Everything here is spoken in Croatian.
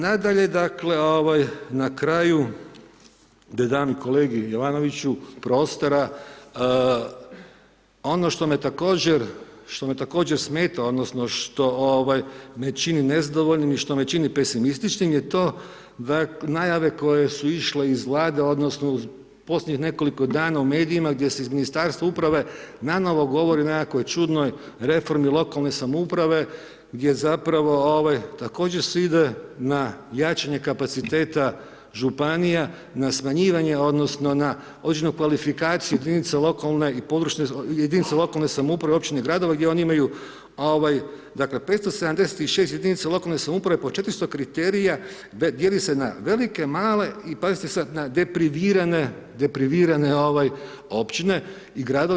Nadalje, dakle na kraju da dam kolegi Jovanoviću prostora, ono što me također, što me također smeta, odnosno što me čini nezadovoljnim i što me čini pesimističnim je to da najave koje su išle iz Vlade, odnosno u posljednjih nekoliko dana u medijima gdje se iz Ministarstva uprave nanovo govori o nekakvoj čudnoj reformi lokale samouprave gdje zapravo također sve ide na jačanje kapaciteta županija, na smanjivanje odnosno na određenu kvalifikaciju jedinica lokalne i područne, jedinica lokalne samouprave, općine i gradovi gdje oni imaju dakle 576 jedinica lokalne samouprave po 400 kriterija dijeli se na velike, male i pazite sa, na deprivirane, deprivirane općine i gradove.